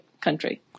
country